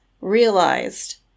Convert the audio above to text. realized